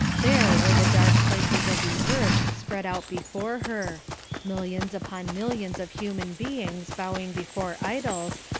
there were the dark places of the earth spread out before her millions upon millions of human beings bowing before idols,